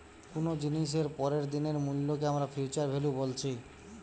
কুনো জিনিসের পরের দিনের মূল্যকে আমরা ফিউচার ভ্যালু বলছি